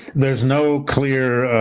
there's no clear